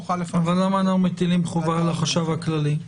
יוכל --- למה אנחנו מטילים חובה על החשב הכללי?